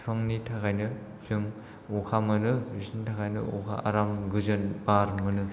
बिफांनि थाखायनो जों अखा मोनो बिसिनि थाखायनो अखा आराम गोजोन बार मोनो